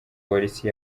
polisi